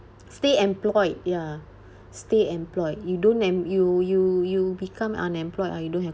stay employed ya stay employed you don't em~ you you you become unemployed ah you don't have